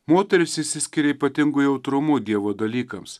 moterys išsiskiria ypatingu jautrumu dievo dalykams